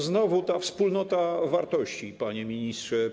Znowu ta wspólnota wartości, panie ministrze.